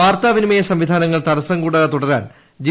വാർത്താ വിനിമയ സംവിധാനങ്ങൾ തടസ്സം കൂടാതെ തുടരാൻ ജി